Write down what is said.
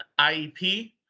IEP